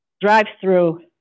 drive-through